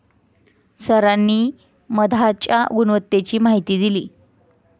सरांनी मधाच्या गुणवत्तेची माहिती दिली